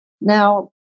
Now